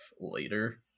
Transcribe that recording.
later